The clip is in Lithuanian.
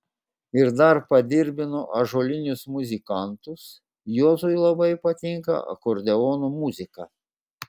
ir dar padirbino ąžuolinius muzikantus juozui labai patinka akordeono muzika